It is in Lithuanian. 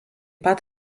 pat